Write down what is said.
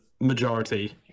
Majority